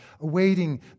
awaiting